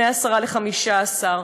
מ-10% ל-15%.